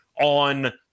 on